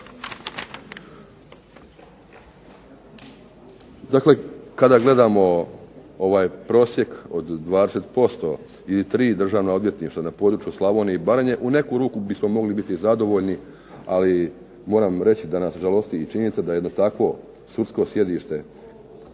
Dakle kada gledamo ovaj prosjek od 20% i tri državna odvjetništva na području Slavonije i Baranje, u neku ruku bismo mogli biti zadovoljni, ali moram reći da nas žalosti i činjenica da jedno takvo sudsko sjedište,